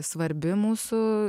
svarbi mūsų